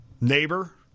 neighbor